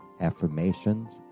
affirmations